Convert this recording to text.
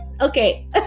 Okay